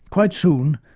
quite soon,